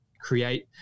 create